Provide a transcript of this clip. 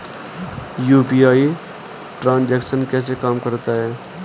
UPI transaction कैसे काम करता है?